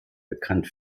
bekannt